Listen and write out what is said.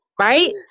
right